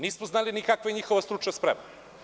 Nismo znali ni kakva je njihova stručna sprema.